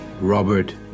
Robert